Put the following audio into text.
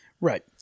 Right